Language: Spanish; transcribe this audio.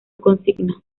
consigna